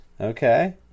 Okay